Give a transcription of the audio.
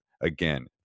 again